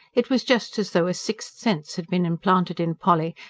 it was just as though a sixth sense had been implanted in polly,